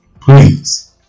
Please